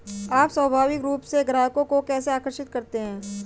आप स्वाभाविक रूप से ग्राहकों को कैसे आकर्षित करते हैं?